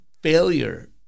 failure